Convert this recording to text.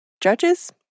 judges